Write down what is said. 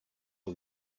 are